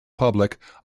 public